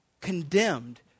condemned